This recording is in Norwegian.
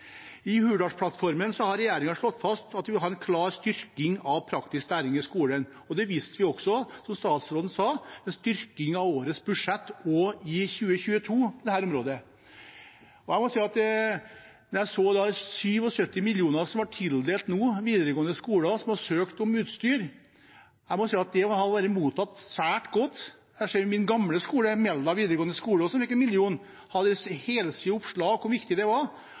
I Hurdalsplattformen har regjeringen slått fast at vi må ha en klar styrking av praktisk læring i skolen, og det viste vi også, som statsråden sa, med styrking av årets budsjett, budsjettet for 2022, på dette området. Da jeg så at 77 mill. kr nå ble tildelt videregående skoler som har søkt om utstyr, må jeg si at det må ha blitt svært godt mottatt. Jeg ser at min gamle skole, Meldal videregående skole, også fikk en million. Man hadde et helsides oppslag om hvor viktig det var.